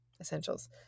essentials